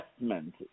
investment